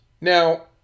Now